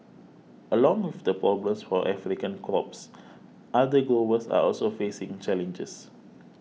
along with the problems for African crops other growers are also facing challenges